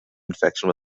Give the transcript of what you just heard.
infection